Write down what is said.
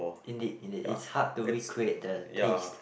indeed indeed it's hard to recreate the taste